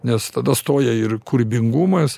nes tada stoja ir kūrybingumas